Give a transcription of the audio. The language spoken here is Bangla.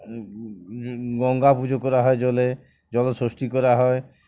গঙ্গা পুজো করা হয় জলে জল ষষ্ঠী করা হয়